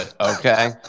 Okay